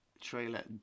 Trailer